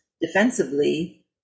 defensively